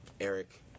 Eric